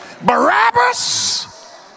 barabbas